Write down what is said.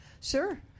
sure